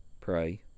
Pray